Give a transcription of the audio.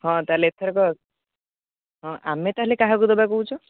ହଁ ତାହାଲେ ଏଥରକ ହଁ ଆମେ ତାହାଲେ କାହାକୁ ଦେବା କହୁଛ